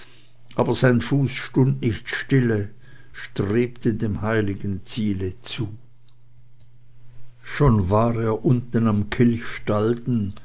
aber sein fuß stund nicht stille strebte dem heiligen ziele zu schon war er unten am